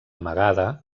amagada